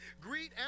greet